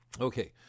Okay